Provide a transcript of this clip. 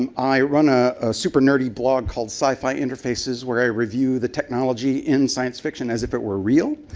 um i run a super nerdy blog called sci-fi interfaces, where i review the technology in science fiction as if it were real,